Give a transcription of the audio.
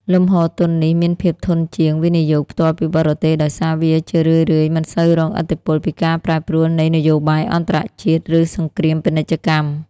លំហូរទុននេះមានភាពធន់ជាង វិនិយោគផ្ទាល់ពីបរទេស ដោយសារវាជារឿយៗមិនសូវរងឥទ្ធិពលពីការប្រែប្រួលនៃនយោបាយអន្តរជាតិ ឬសង្គ្រាមពាណិជ្ជកម្ម។